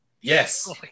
yes